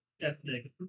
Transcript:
ethnic